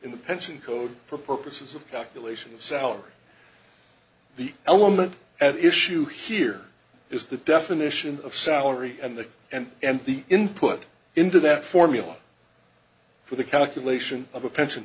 in the pension code for purposes of calculation of salary the element at issue here is the definition of salary and the and and the input into that formula for the calculation of a pension